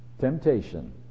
Temptation